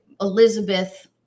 Elizabeth